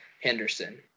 Henderson